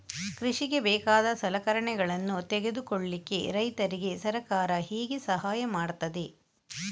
ಕೃಷಿಗೆ ಬೇಕಾದ ಸಲಕರಣೆಗಳನ್ನು ತೆಗೆದುಕೊಳ್ಳಿಕೆ ರೈತರಿಗೆ ಸರ್ಕಾರ ಹೇಗೆ ಸಹಾಯ ಮಾಡ್ತದೆ?